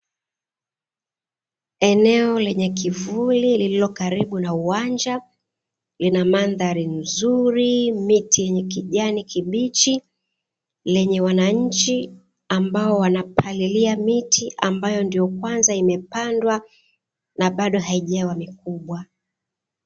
Eneo lenye kivuli lililo karibu na uwanja, lina mandhari nzuri miti yenye kijani kibichi. Lenye wananchi ambao wanapalilia miti ambayo, ndiyo kwanza imepandwa na bado haijawa mikubwa.